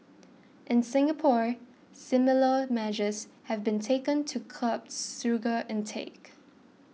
in Singapore similar measures have been taken to curb sugar intake